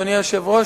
אדוני היושב-ראש,